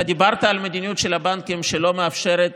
אתה דיברת על מדיניות של הבנקים שלא מאפשרת